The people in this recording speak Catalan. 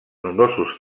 nombrosos